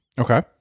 Okay